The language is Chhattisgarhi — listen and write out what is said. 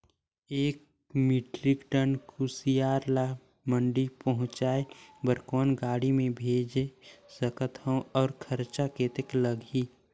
एक मीट्रिक टन कुसियार ल मंडी पहुंचाय बर कौन गाड़ी मे भेज सकत हव अउ खरचा कतेक लगही?